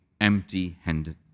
empty-handed